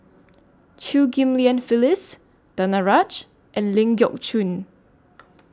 Chew Ghim Lian Phyllis Danaraj and Ling Geok Choon